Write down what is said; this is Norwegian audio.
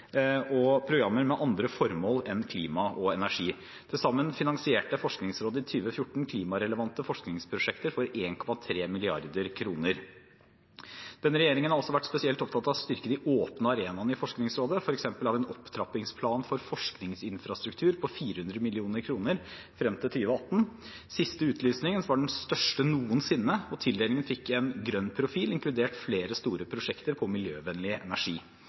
og programmer med andre formål enn klima og energi. Til sammen finansierte Forskningsrådet i 2014 klimarelevante forskningsprosjekter for 1,3 mrd. kr. Denne regjeringen har også vært spesielt opptatt av å styrke de åpne arenaene i Forskningsrådet. For eksempel har vi en opptrappingsplan for forskningsinfrastruktur på 400 mill. kr frem til 2018. Den siste utlysningen var den største noensinne, og tildelingen fikk en grønn profil – inkludert flere store prosjekter på miljøvennlig energi.